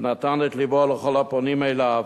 ונתן את לבו לכל הפונים אליו,